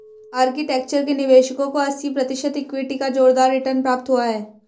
architecture के निवेशकों को अस्सी प्रतिशत इक्विटी का जोरदार रिटर्न प्राप्त हुआ है